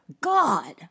God